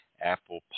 Apple